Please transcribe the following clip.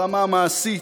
ברמה המעשית.